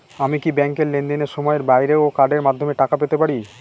আমি কি ব্যাংকের লেনদেনের সময়ের বাইরেও কার্ডের মাধ্যমে টাকা পেতে পারি?